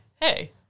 hey